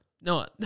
No